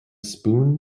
spoon